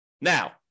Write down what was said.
Now